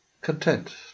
content